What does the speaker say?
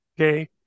Okay